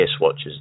watches